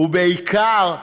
ובעיקר,